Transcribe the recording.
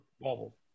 bubble